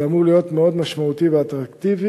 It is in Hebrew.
זה אמור להיות מאוד משמעותי ואטרקטיבי,